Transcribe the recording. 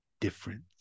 difference